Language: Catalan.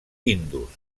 indus